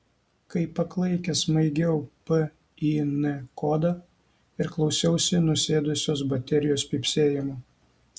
kaip paklaikęs maigiau pin kodą ir klausiausi nusėdusios baterijos pypsėjimo